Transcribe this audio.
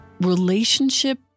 relationship